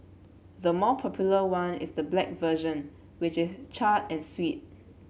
the more popular one is the black version which is charred and sweet